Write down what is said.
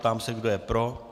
Ptám se, kdo je pro.